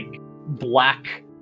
black